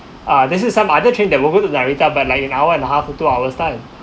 uh this is some other train that moving to narita but like in an hour and a half of two hours time